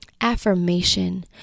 affirmation